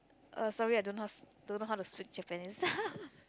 uh sorry I don't know how to s~ don't know how to speak Japanese